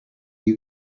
you